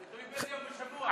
זה תלוי באיזה יום בשבוע.